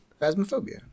phasmophobia